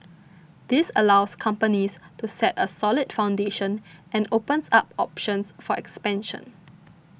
this allows companies to set a solid foundation and opens up options for expansion